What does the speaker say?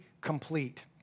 complete